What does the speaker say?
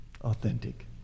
authentic